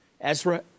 Ezra